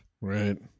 right